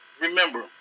Remember